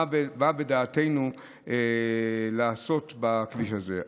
היא מה בדעתנו לעשות בכביש הזה.